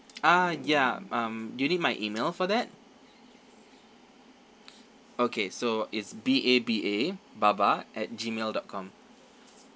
ah ya um do you need my email for that okay so it's B A B A baba at G mail dot com